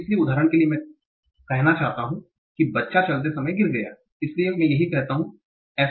इसलिए उदाहरण के लिए मैं कहना चाहता हूं कि child fell down while walking इसलिए मैं यहां कहता हूं FL